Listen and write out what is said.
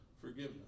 forgiveness